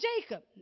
Jacob